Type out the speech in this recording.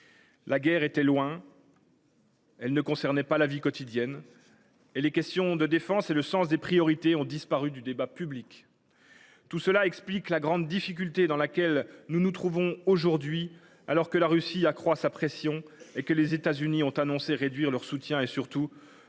La guerre était loin, elle ne concernait pas la vie quotidienne ; les questions de défense et le sens des priorités ont disparu du débat public. Tout cela explique la grande difficulté dans laquelle nous nous trouvons aujourd’hui, alors que la Russie accroît sa pression et que les États Unis ont annoncé réduire leur soutien et, surtout,